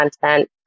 content